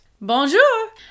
Bonjour